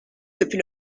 depuis